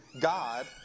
God